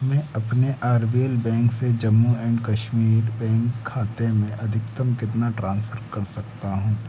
मैं अपने R B L bank से जम्मू एंड कश्मीर बैंक खाते में अधिकतम कितना ट्रांसफर कर सकता हूँ